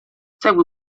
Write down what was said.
segui